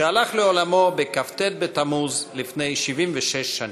שהלך לעולמו בכ"ט בתמוז לפני 76 שנים.